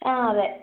ആ അതെ